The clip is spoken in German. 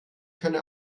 könne